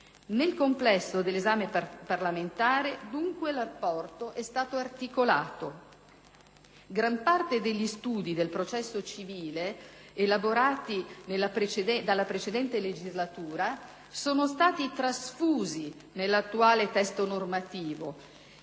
Nel complesso dell'esame parlamentare, dunque, l'apporto è stato articolato. Gran parte degli studi del processo civile, elaborati nella precedente legislatura, sono stati trasfusi nell'attuale testo normativo